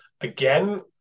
Again